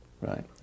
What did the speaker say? Right